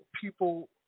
people